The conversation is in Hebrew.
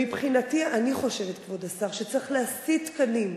מבחינתי, אני חושבת, כבוד השר, שצריך להסיט תקנים.